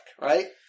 right